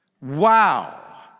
Wow